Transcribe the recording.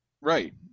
Right